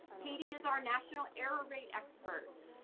katie is our national error rate expert.